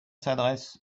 s’adresse